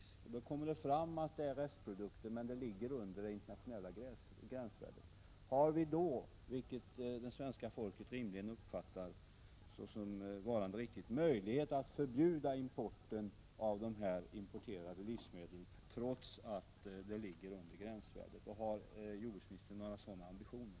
Om det kommer fram att det finns rester av vissa ämnen, men dessa ligger under internationella gränsvärden, har vi då — vilket det svenska folket rimligen uppfattar såsom riktigt — möjlighet att förbjuda importen av denna produkt, trots att det är fråga om värden som ligger under gränsvärdena? Har jordbruksministern några sådana ambitioner?